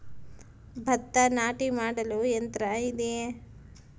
ಭತ್ತ ನಾಟಿ ಮಾಡಲು ಯಂತ್ರ ಇದೆಯೇ?